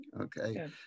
Okay